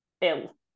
ill